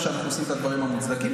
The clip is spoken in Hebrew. גם כשאנחנו עושים את הדברים המוצדקים